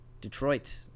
Detroit